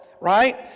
right